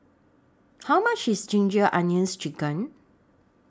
How much IS Ginger Onions Chicken